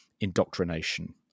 indoctrination